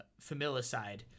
Familicide